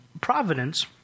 Providence